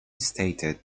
stated